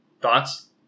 thoughts